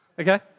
Okay